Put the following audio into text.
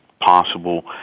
possible